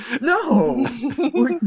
No